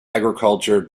agriculture